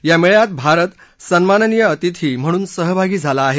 या मेळ्यात भारत सन्माननीय अतिथी म्हणून सहभागी झाला आहे